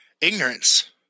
ignorance